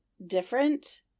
different